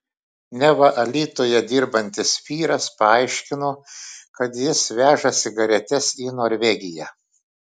neva alytuje dirbantis vyras paaiškino kad jis veža cigaretes į norvegiją